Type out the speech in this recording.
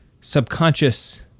subconscious